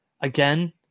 Again